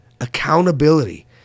accountability